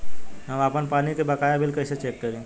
हम आपन पानी के बकाया बिल कईसे चेक करी?